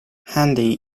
handy